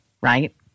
right